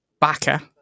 backer